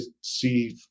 see